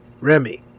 Remy